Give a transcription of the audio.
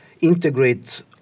integrate